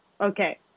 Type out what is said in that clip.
okay